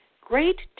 great